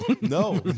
No